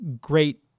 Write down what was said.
great